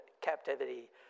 captivity